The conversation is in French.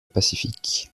pacifique